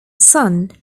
son